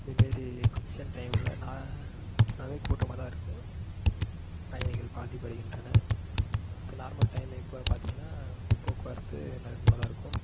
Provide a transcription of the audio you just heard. இதுமாரி ஃபங்க்ஷன் டைமில் நான் நல்லாவே கூட்டமாக தான் இருக்கும் பயணிகள் பாதிப்படைகின்றன இப்போ நார்மல் டைமு இப்போது பார்த்தீங்கன்னா போக்குவரத்து நார்மலாக தான் இருக்கும்